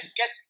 get